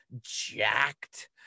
jacked